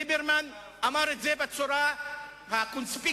ליברמן אמר את זה בצורה ה-conspicuous,